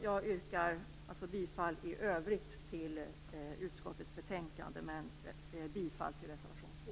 Jag yrkar bifall till utskottets hemställan i övrigt förutom bifall till reservation 2.